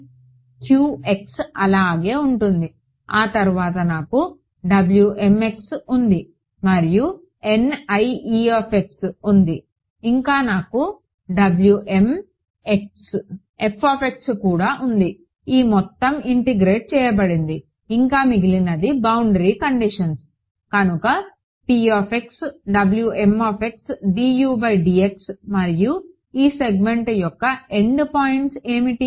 q x అలాగే ఉంటుంది ఆ తరువాత నాకు W m x ఉంది మరియు N i e x ఉంది ఇంకా నాకు W m x f of x కూడా ఉంది ఈ మొత్తం ఇంటిగ్రేట్ చేయబడింది ఇంకా మిగిలింది బౌండరీ కండిషన్స్ కనుక P x W m x d U by d x మరియు ఈ సెగ్మెంట్ యొక్క ఎండ్ పాయింట్స్ ఏమిటి